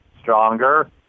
stronger